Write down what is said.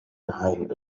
geheim